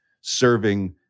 serving